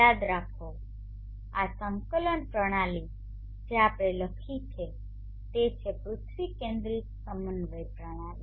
યાદ રાખો આ સંકલન પ્રણાલી જે આપણે લખી છે તે છે પૃથ્વી કેન્દ્રિત સમન્વય પ્રણાલી